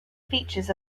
features